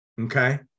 Okay